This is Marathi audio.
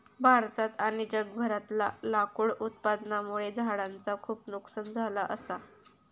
भारतात आणि जगभरातला लाकूड उत्पादनामुळे झाडांचा खूप नुकसान झाला असा